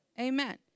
amen